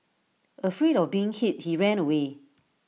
afraid of being hit he ran away